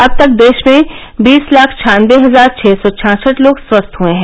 अब तक देश में बीस लाख छानबे हजार छः सौ छाछठ लोग स्वस्थ हए हैं